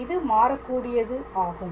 இது மாறக்கூடியது ஆகும்